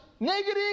Negative